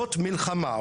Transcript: זאת מלחמה,